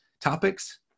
topics